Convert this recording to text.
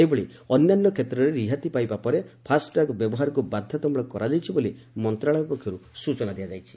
ସେହିଭଳି ଅନ୍ୟାନ୍ୟ କ୍ଷେତ୍ରରେ ରିହାତି ପାଇବା ପରେ ଫାସ୍ଟ୍ୟାଗ୍ ବ୍ୟବହାରକୁ ବାଧ୍ୟତାମଳକ କରାଯାଇଛି ବୋଲି ମନ୍ତ୍ରଣାଳୟ ପକ୍ଷରୁ ସ୍ୱଚନା ଦିଆଯାଇଛି